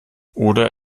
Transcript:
oder